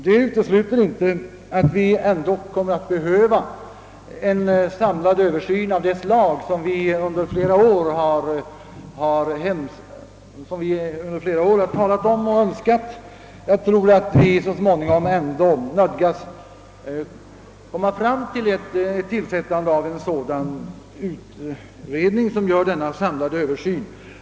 Det utesluter inte att det ändock kommer att behövas en samlad översyn av det slag som vi under flera år har talat om och önskat. Jag tror, att vi så småningom nödgas tillsätta en utredning, som gör denna samlade översyn.